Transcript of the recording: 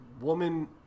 woman